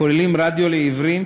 הכוללים רדיו לעיוורים,